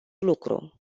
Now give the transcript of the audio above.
lucru